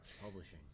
Publishing